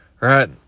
right